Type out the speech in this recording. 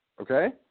Okay